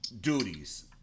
duties